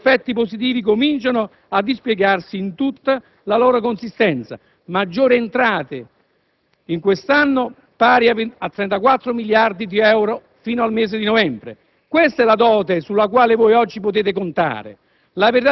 i cui effetti positivi cominciano a dispiegarsi in tutta la loro consistenza: maggiori entrate fiscali di quest'anno pari a 34 miliardi di euro fino al mese di novembre. Questa è la dote sulla quale voi oggi potete contare!